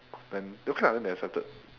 then okay lah then they accepted